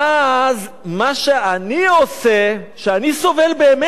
אז מה שאני עושה, ואני סובל באמת,